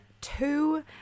two